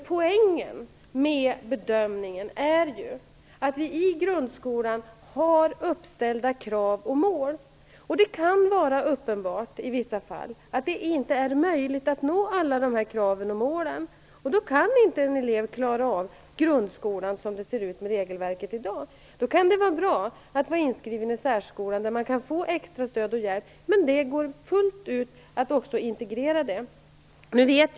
Poängen med bedömningen är att vi i grundskolan har vissa krav och mål uppställda, och det kan i speciella fall vara uppenbart att det inte är möjligt att uppnå alla de kraven och målen. En sådan elev kan då inte klara av grundskolan med det regelverk som vi har i dag. Då kan det vara bra att vara inskriven i särskolan, där man kan få extra stöd och hjälp, men det går att integrera det fullt ut.